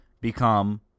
become